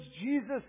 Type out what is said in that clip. Jesus